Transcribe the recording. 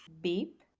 Beep